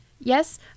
Yes